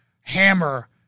hammer